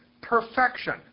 perfection